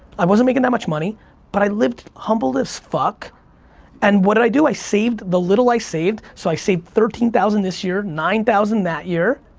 i wasn't making that much money but i lived humble as fuck and what did i do? i saved the little i saved, so i saved thirteen thousand this year, nine thousand that year,